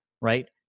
Right